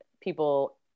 people